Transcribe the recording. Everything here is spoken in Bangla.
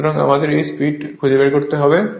সুতরাং আমাদের এই স্পিড খুঁজে বের করতে হবে